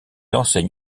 enseigne